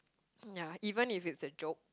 yeah even if it's a joke